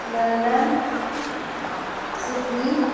London Sydney